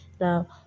Now